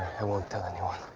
i won't tell anyone.